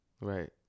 right